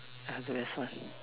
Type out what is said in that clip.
that was the best one